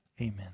amen